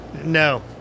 No